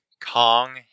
Kong